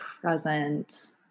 present